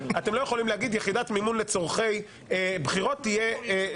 אתם לא יכולים להגיד יחידת מימון לצורכי בחירות תהיה.